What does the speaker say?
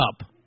up